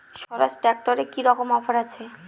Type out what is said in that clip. স্বরাজ ট্র্যাক্টরে কি রকম অফার আছে?